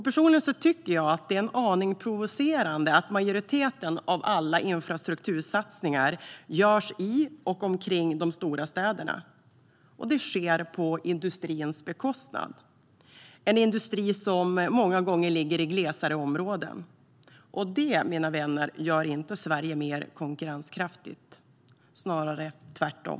Personligen tycker jag att det är en aning provocerande att majoriteten av alla infrastruktursatsningar görs i och omkring de stora städerna. Det sker på industrins bekostnad - en industri som många gånger ligger i glesare områden. Detta, mina vänner, gör inte Sverige mer konkurrenskraftigt, snarare tvärtom.